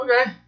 Okay